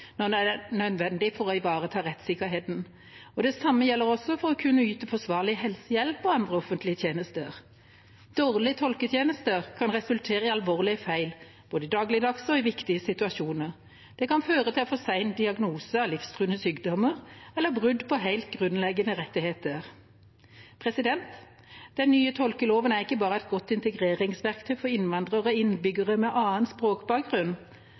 det er nødvendig for å ivareta rettssikkerheten. Det samme gjelder også for å kunne yte forsvarlig helsehjelp og andre offentlige tjenester. Dårlige tolketjenester kan resultere i alvorlige feil, både i dagligdagse og i viktige situasjoner. Det kan føre til for sen diagnose av livstruende sykdommer eller brudd på helt grunnleggende rettigheter. Den nye tolkeloven er ikke bare et godt integreringsverktøy for innvandrere og innbyggere med annen språkbakgrunn.